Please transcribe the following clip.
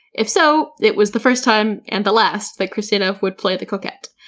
if so, it was the first time and the last that kristina would play the coquette.